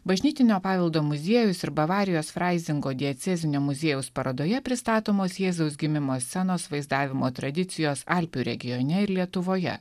bažnytinio paveldo muziejaus ir bavarijos fraizingo diacezinio muziejaus parodoje pristatomos jėzaus gimimo scenos vaizdavimo tradicijos alpių regione ir lietuvoje